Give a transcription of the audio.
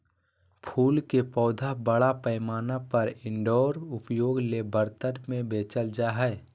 फूल के पौधा बड़ा पैमाना पर इनडोर उपयोग ले बर्तन में बेचल जा हइ